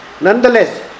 nonetheless